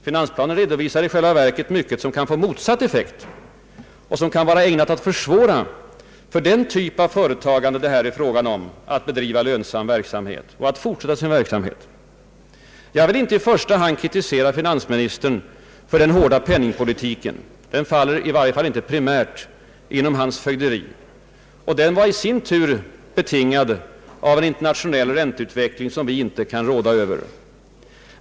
Finansplanen redovisar i själva verket mycket som kan få motsatt effekt och som kan vara ägnat att försvåra för den typ av företagande det här är fråga om att driva lönsam verksamhet och att fortsätta sin verksamhet. Jag vill inte i första hand kritisera finansministern för den hårda penningpolitiken; den faller i varje fall inte primärt inom han fögderi. Den var betingad av en internationell ränteutveckling som vi inte kan råda över.